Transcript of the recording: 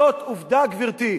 זאת עובדה, גברתי.